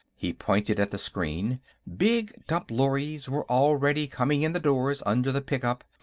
he pointed at the screen big dump-lorries were already coming in the doors under the pickup,